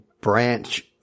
branch